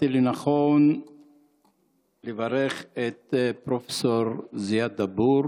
מצאתי לנכון לברך את פרופ' זיאד דבור